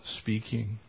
speaking